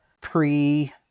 pre